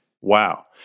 Wow